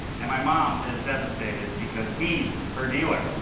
and my mom is devastated because he's her dealer.